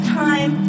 time